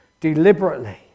deliberately